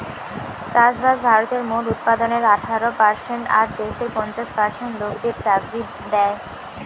চাষবাস ভারতের মোট উৎপাদনের আঠারো পারসেন্ট আর দেশের পঞ্চাশ পার্সেন্ট লোকদের চাকরি দ্যায়